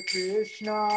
Krishna